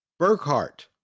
Burkhart